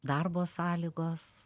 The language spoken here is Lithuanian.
darbo sąlygos